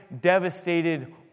devastated